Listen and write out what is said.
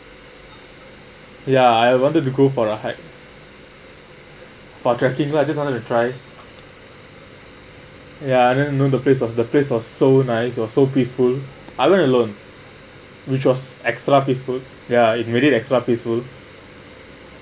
ya I wanted to go for a hike for tracking lah just wanted to try ya I didn't know the place was the place was so nice it was so peaceful I went alone which was extra peaceful ya it made it extra peaceful